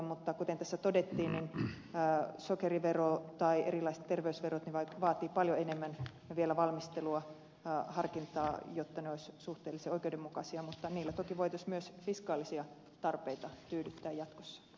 mutta kuten tässä todettiin niin sokerivero tai erilaiset terveysverot vaativat paljon enemmän vielä valmistelua harkintaa jotta ne olisivat suhteellisen oikeudenmukaisia mutta niillä toki voitaisiin myös fiskaalisia tarpeita tyydyttää jatkossa